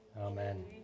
Amen